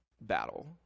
battle